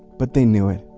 but they knew it,